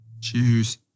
choose